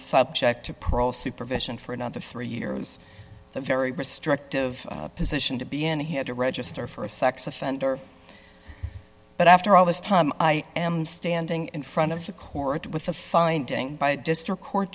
subject to perl supervision for another three years a very restrictive position to be in he had to register for a sex offender but after all this time i am standing in front of the court with a finding by district court